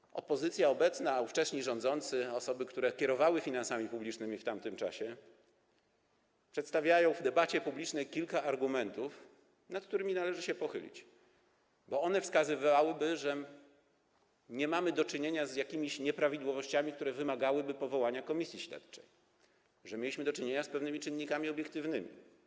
Obecna opozycja a ówcześni rządzący, osoby, które kierowały finansami publicznymi w tamtym czasie, przedstawiają w debacie publicznej kilka argumentów, nad którymi należy się pochylić, bo one wskazywałyby, że nie mamy do czynienia z jakimiś nieprawidłowościami, które wymagałyby powołania komisji śledczej, że mieliśmy do czynienia z pewnymi czynnikami obiektywnymi.